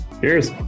Cheers